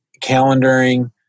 calendaring